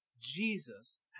Jesus